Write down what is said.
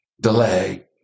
Delay